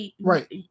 Right